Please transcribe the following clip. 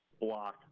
block